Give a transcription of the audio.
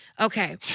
Okay